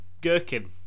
gherkin